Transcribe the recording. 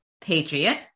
Patriot